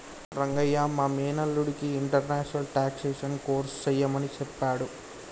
రంగయ్య మా మేనల్లుడికి international taxation course సెయ్యమని సెప్పాడు